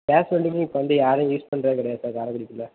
case welding இப்போ வந்து யாரும் யூஸ் பண்ணுறது கிடையாது சார் காரைக்குடிக்குள்ள